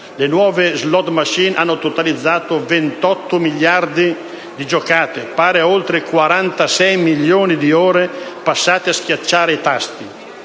Le nuove *slot machine* hanno totalizzato 28 miliardi di giocate, pari ad oltre 46 milioni di ore passate a schiacciare tasti;